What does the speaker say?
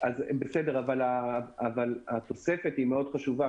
אבל התוספת היא מאוד חשובה.